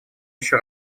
еще